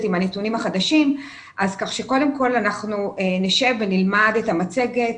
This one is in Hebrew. עם הנתונים החדשים ולכן אנחנו נשב ונלמד את המצגת.